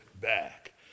back